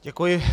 Děkuji.